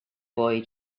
boy